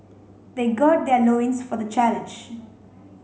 they gird their loins for the challenge